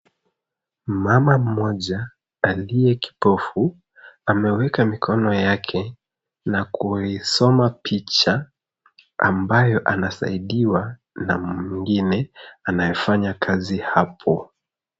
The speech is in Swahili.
Mama mmoja aliye kipofu ameweka mikono yake na kuisoma picha ambayo anasaidiwa na mwingine anayefanya kazi hapo.